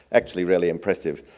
actually really impressive.